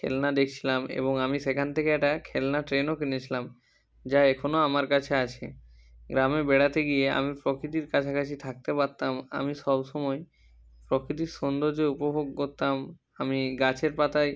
খেলনা দেখছিলাম এবং আমি সেখান থেকে এটা খেলনা ট্রেনও কিনেছিলাম যা এখনো আমার কাছে আছে গ্রামে বেড়াতে গিয়ে আমি প্রকৃতির কাছাকাছি থাকতে পারতাম আমি সব সময় প্রকৃতির সৌন্দর্য উপভোগ করতাম আমি গাছের পাতায়